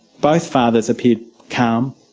both fathers appeared calm.